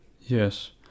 Yes